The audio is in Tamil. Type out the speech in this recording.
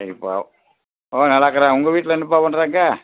சரிப்பா ஆ நல்லாயிருக்குறாங்க உங்கள் வீட்டில் என்னப்பா பண்ணுறாங்க